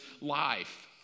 life